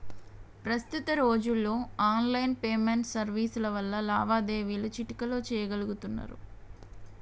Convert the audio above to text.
ప్రస్తుత రోజుల్లో online payment సర్వీసుల వల్ల లావాదేవీలు చిటికెలో చెయ్యగలుతున్నరు